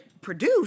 produce